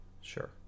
Sure